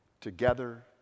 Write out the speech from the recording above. together